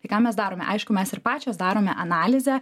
tai ką mes darome aišku mes ir pačios darome analizę